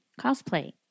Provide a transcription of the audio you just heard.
cosplay